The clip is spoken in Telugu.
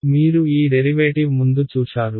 మీరు ఈ డెరివేటివ్ ముందు చూశారు